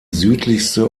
südlichste